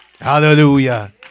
Hallelujah